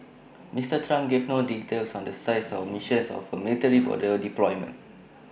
Mister Trump gave no details on the size or mission of A military border deployment